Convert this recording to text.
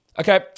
Okay